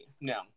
No